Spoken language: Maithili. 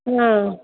हँ